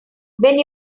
when